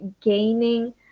gaining